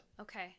Okay